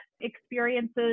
experiences